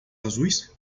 azuis